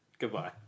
Goodbye